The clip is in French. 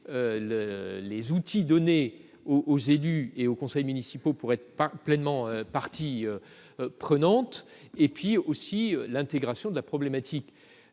les outils donner aux élus et aux conseils municipaux pour être pas pleinement partie prenante et puis aussi l'intégration de la problématique